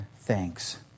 thanks